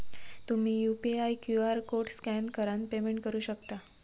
तुम्ही UPI QR code scan करान payment करू शकता